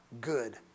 good